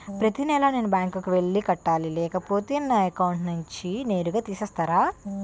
ప్రతి నెల నేనే బ్యాంక్ కి వెళ్లి కట్టాలి లేకపోతే నా అకౌంట్ నుంచి నేరుగా తీసేస్తర?